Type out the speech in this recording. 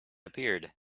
appeared